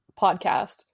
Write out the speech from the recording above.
podcast